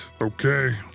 Okay